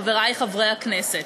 חברי חברי הכנסת,